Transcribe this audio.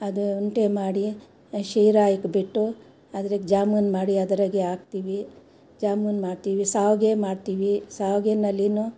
ಅದು ಉಂಡೆ ಮಾಡಿ ಶೀರಾ ಇಕ್ಬಿಟ್ಟು ಅದ್ರಾಗೆ ಜಾಮೂನು ಮಾಡಿ ಅದ್ರಾಗೇ ಹಾಕ್ತೀವಿ ಜಾಮೂನು ಮಾಡ್ತೀವಿ ಶಾವ್ಗೆ ಮಾಡ್ತೀವಿ ಶಾವ್ಗೆಯಲ್ಲಿಯೂ